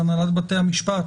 של הנהלת בתי המשפט,